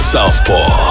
Southpaw